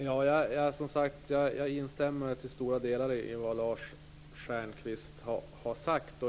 Fru talman! Jag instämmer till stora delar i vad Lars Stjernkvist har sagt.